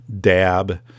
dab